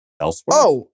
Elsewhere